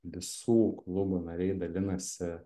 visų klubų nariai dalinasi